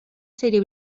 serie